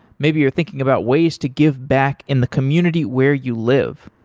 maybe you're thinking about ways to give back in the community where you live.